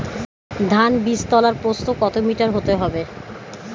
ধান বীজতলার প্রস্থ কত মিটার হতে হবে?